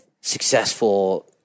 successful